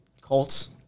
Colts